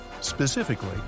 Specifically